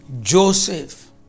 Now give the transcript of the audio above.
Joseph